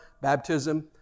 baptism